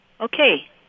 Okay